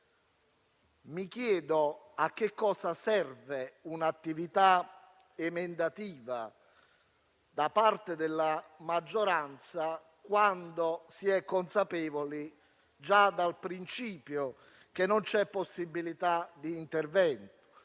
Mi chiedo a cosa serva un'attività emendativa da parte della maggioranza, quando si è consapevoli - già dal principio - che non c'è possibilità di intervento,